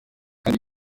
kandi